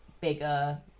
bigger